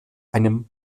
einem